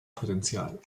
potenzial